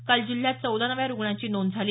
काल जिल्ह्यात चौदा नव्या रूग्णांची नोंद झाली